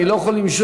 אני לא יכול למשוך,